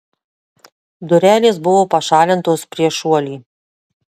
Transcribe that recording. durelės buvo pašalintos prieš šuolį